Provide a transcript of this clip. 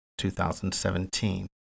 2017